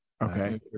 Okay